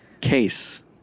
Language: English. case